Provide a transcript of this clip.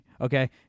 Okay